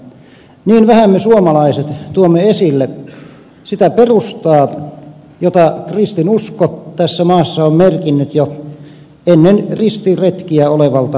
niin vähän me suomalaiset tuomme esille sitä perustaa jota kristinusko tässä maassa on merkinnyt jo ennen ristiretkiä olevalta ajalta